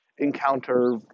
encounter